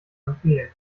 empfehlen